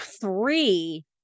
three